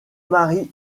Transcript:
marie